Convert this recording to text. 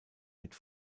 mit